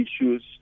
issues